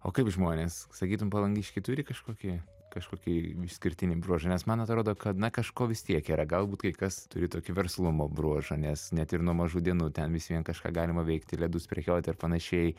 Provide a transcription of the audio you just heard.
o kaip žmonės sakytum palangiškiai turi kažkokį kažkokį išskirtinį bruožą nes man atrodo kad na kažko vis tiek yra galbūt kai kas turi tokį verslumo bruožą nes net ir nuo mažų dienų ten vis vien kažką galima veikti ledus prekiauti ir panašiai